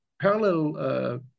parallel